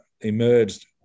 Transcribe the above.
emerged